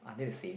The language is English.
I'll need to see